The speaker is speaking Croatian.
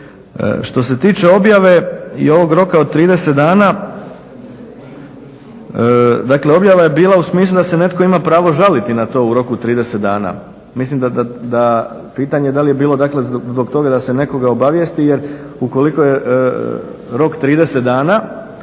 Što se tiče objave i ovog roka od 30 dana, dakle objava je bila u smislu da se netko ima pravo žaliti na to u roku 30 dana. Mislim da pitanje da li je bilo dakle zbog toga da se nekoga obavijesti jer ukoliko je rok 30 dana